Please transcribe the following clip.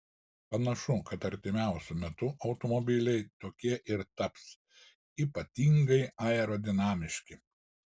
panašu kad artimiausiu metu automobiliai tokie ir taps ypatingai aerodinamiški